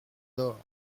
door